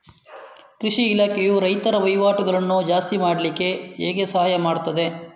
ಕೃಷಿ ಇಲಾಖೆಯು ರೈತರ ವಹಿವಾಟುಗಳನ್ನು ಜಾಸ್ತಿ ಮಾಡ್ಲಿಕ್ಕೆ ಹೇಗೆ ಸಹಾಯ ಮಾಡ್ತದೆ?